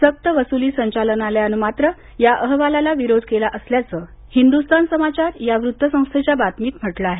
सक्त वसूली संचालनालयानं मात्र या हवालाला विरोध केला असल्याचं हिंदूस्तान समाचार या वृत्त संस्थेच्या बातमीत म्हटलं आहे